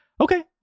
okay